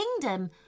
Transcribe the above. kingdom